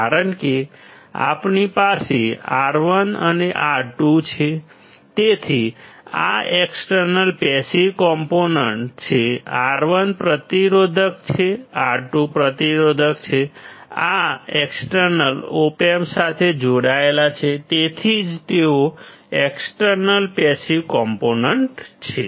કારણ કે આપણી પાસે R2 અને R1 છે તેથી આ એક્સટર્નલ પેસિવ કમ્પોનન્ટ છે R1 પ્રતિરોધક છે R2 પ્રતિરોધક છે આ એક્સટર્નલી ઓપ એમ્પ સાથે જોડાયેલા છે તેથી જ તેઓ એક્સટર્નલ પેસિવ કમ્પોનન્ટ્સ છે